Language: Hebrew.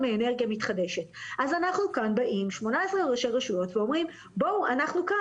של ג'לג'וליה ושל ראש העין וחדרה וכל האזור שם היא דרישה צודקת